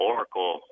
Oracle